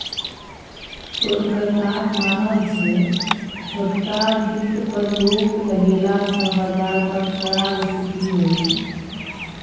शोधकर्ताक मानब छै छोटका बित्त पर रोक लगेला सँ बजार पर खराब स्थिति होइ छै